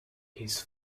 his